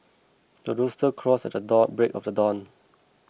the rooster crows at the dawn break of dawn